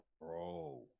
bro